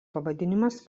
pavadinimas